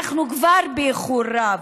אנחנו כבר באיחור רב,